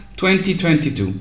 2022